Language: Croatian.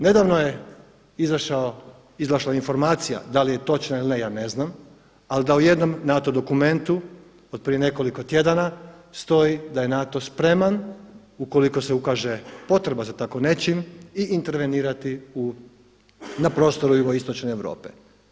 Nedavno je izašao, izašla informacija da li je točna ili ne ja ne znam, ali da u jednom NATO dokumentu od prije nekoliko tjedana stoji da je NATO spreman ukoliko se ukaže potreba za tako nečim i intervenirati na prostoru jugoistočne Europe.